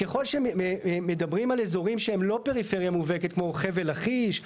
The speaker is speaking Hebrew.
ככל שמדברים על אזורים שהם לא פריפריה מובהקת כמו חבל לכיש,